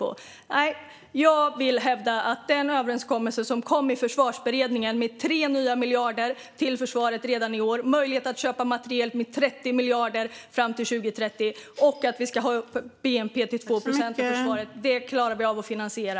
Nej, jag vill hävda att den överenskommelse som slöts i Försvarsberedningen och som innebär 3 nya miljarder till försvaret redan i år, möjlighet att köpa materiel för 30 miljarder fram till 2030 och en höjning av försvarsanslaget till 2 procent av bnp - den klarar vi av att finansiera.